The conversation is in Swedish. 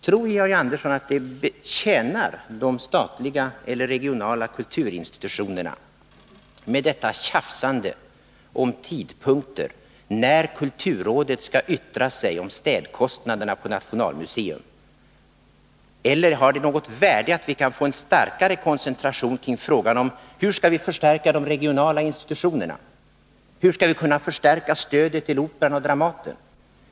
Tror Georg Andersson att detta tjafsande om tidpunkter när kulturrådet skall yttra sig om städkostnaderna på Nationalmuseum tjänar de statliga eller regionala kulturinstitutionernas intresse? Eller har det något värde att vi kan få en starkare koncentration kring frågan om hur vi skall förstärka de regionala institutionerna? Hur skall vi kunna förstärka stödet till Operan och Dramaten?